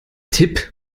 tipp